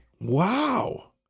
Wow